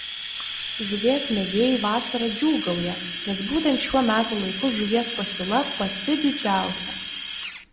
žuvies mėgėjai vasarą džiūgauja nes būtent šiuo metų laiku žuvies pasiūla pati didžiausia